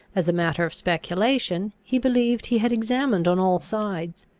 as a matter of speculation, he believed he had examined on all sides.